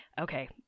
okay